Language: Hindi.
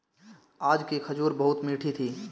आज की खजूर बहुत मीठी थी